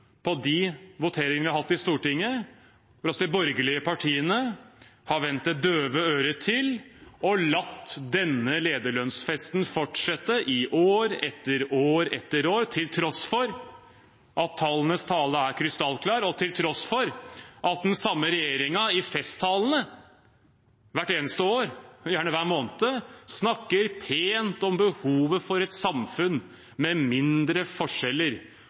på de voteringene vi har hatt i Stortinget, hvor de borgerlige partiene har vendt det døve øret til og latt denne lederlønnsfesten fortsette i år etter år etter år, til tross for at tallenes tale er krystallklar, og til tross for at den samme regjeringen i festtalene – hvert eneste år og gjerne hver måned – snakker pent om behovet for et samfunn med mindre forskjeller